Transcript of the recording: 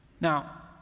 Now